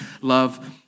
love